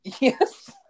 Yes